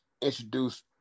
introduce